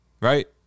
Right